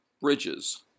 Bridges